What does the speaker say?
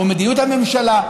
מדיניות הממשלה,